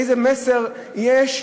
איזה מסר יש?